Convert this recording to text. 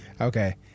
Okay